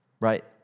Right